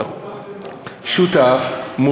שותף במה?